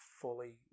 Fully